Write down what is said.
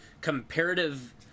comparative